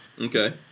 Okay